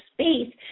space